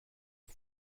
wil